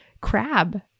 crab